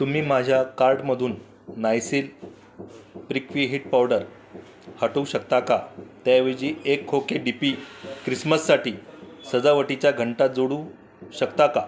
तुम्ही माझ्या कार्टमधून नायसील प्रिकफी हीट पावडर हटवू शकता का त्याऐवजी एक खोके डी पी ख्रिसमससाठी सजावटीच्या घंटा जोडू शकता का